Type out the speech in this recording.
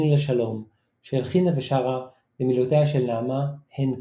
לשלום" שהלחינה ושרה למילותיה של נעמה הנקין.